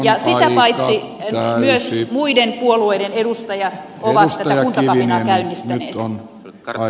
ja sitä paitsi myös muiden puolueiden edustajat ovat tätä kuntakapinaa käynnistäneet